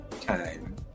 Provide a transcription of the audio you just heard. time